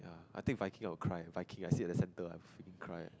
I will Viking I will cry Viking I sit at the center I will freaking cry